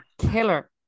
killer